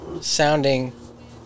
sounding